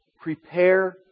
prepare